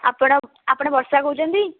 ଆପଣ ଆପଣ ବର୍ଷା କହୁଛନ୍ତି